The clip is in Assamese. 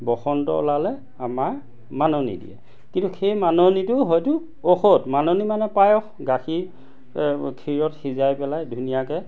বসন্ত ওলালে আমাৰ মাননি দিয়ে কিন্তু সেই মাননিটো হয়তো ঔষধ মাননি মানে পায়স গাখীৰ ক্ষীৰত সিজাই পেলাই ধুনীয়াকে